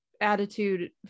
attitude